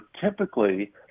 typically